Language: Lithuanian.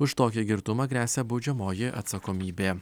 už tokį girtumą gresia baudžiamoji atsakomybė